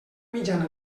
mitjana